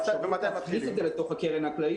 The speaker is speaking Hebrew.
--- להכניס את זה לתוך הקרן הכללית